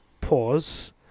pause